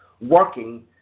working